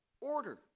order